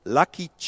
lucky